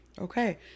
Okay